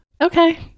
Okay